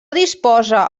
disposa